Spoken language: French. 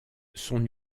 son